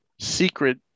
secret